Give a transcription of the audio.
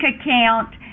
account